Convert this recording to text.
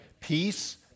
peace